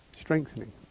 strengthening